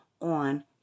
on